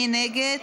מי נגד?